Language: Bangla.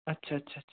আচ্ছা আচ্ছা আচ্ছা